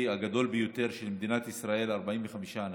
הגדול ביותר של מדינת ישראל 45 אנשים.